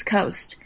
Coast